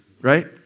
right